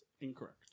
Incorrect